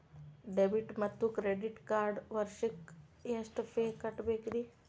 Debit ಮತ್ತು credit ಕಾರ್ಡ್ಗೆ ವರ್ಷಕ್ಕ ಎಷ್ಟ ಫೇ ಕಟ್ಟಬೇಕ್ರಿ?